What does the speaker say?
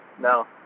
No